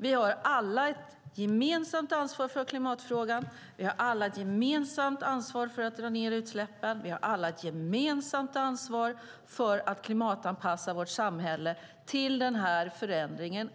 Vi har alla ett gemensamt ansvar för klimatfrågan, vi har alla ett gemensamt ansvar för att dra ned utsläppen och vi har alla ett gemensamt ansvar för att klimatanpassa vårt samhälle till den här förändringen.